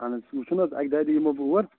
اَہَن حظ وُچھو نہَ حظ اَکہِ دۄیہِ دۅہۍ یِمہو بہٕ اور